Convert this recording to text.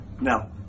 Now